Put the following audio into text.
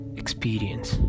experience